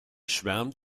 schwärmt